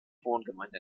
wohngemeinde